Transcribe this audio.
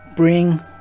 bring